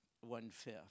one-fifth